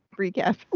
recap